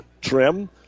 trim